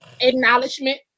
acknowledgement